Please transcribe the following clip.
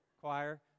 Choir